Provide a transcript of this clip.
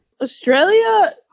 Australia